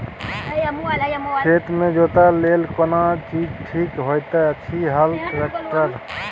खेत के जोतय लेल केना चीज ठीक होयत अछि, हल, ट्रैक्टर?